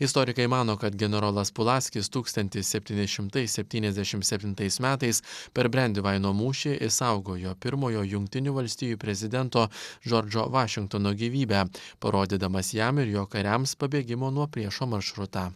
istorikai mano kad generolas pulaskis tūkstantis septyni šimtai septyniasdešim septintais metais per brendivaino mūšį išsaugojo pirmojo jungtinių valstijų prezidento džordžo vašingtono gyvybę parodydamas jam ir jo kariams pabėgimo nuo priešo maršrutą